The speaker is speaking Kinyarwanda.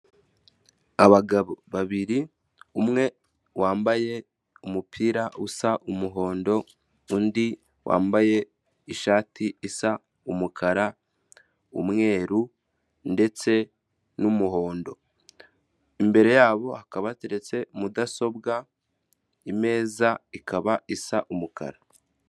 Abagabo babiri umwe wambaye umupira usa umuhondo, undi wambaye ishati isa umukara, umweru ndetse n'umuhondo, imbere yabo akaba ateretse mudasobwa, imeza ikaba isa umukara.